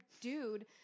dude